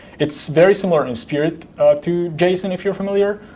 it's very similar in spirit to json, if you're familiar.